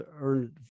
earned